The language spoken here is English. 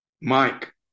Mike